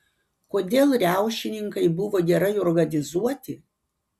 kodėl riaušininkai buvo gerai organizuoti